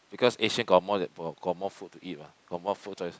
because Asian got more got more food to eat mah got more food choice